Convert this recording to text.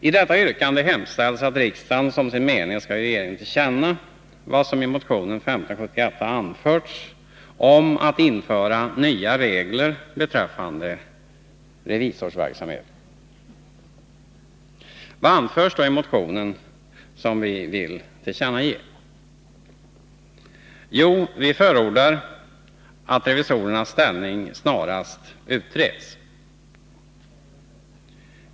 I detta yrkande hemställs att riksdagen som sin mening skall ge till känna vad som i motion nr 1578 anförts om att införa nya regler beträffande revisorsverksamheten. Vad är det då som anförs i motionen och som vi vill ge regeringen till känna? Jo, vi förordar att revisorernas ställning snarast utreds.